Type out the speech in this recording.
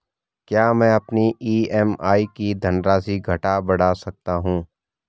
क्या मैं अपनी ई.एम.आई की धनराशि घटा बढ़ा सकता हूँ?